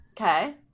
Okay